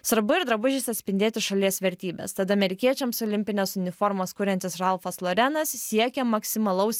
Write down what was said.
svarbu ir drabužiais atspindėti šalies vertybes tad amerikiečiams olimpines uniformas kuriantis ralfas lorenas siekė maksimalaus